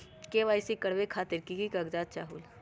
KYC करवे खातीर के के कागजात चाहलु?